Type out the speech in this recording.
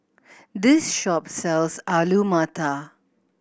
this shop sells Alu Matar